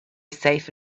safe